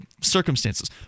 circumstances